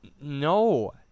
No